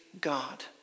God